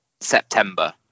september